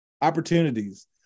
opportunities